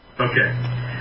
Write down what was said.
okay